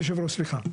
יושב הראש, סליחה.